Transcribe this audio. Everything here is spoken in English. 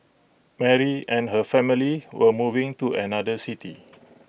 Mary and her family were moving to another city